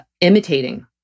imitating